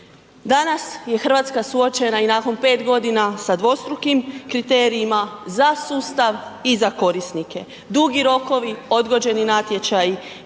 Danas je Hrvatska suočena i nakon 5 godina sa dvostrukim kriterijima za sustav i za korisnike. Dugi rokovi, odgođeni natječaji